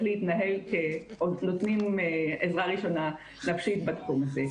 להתנהל כנותנים עזרה ראשונה בתחום הזה.